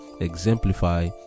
exemplify